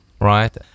right